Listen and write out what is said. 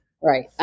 Right